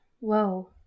Whoa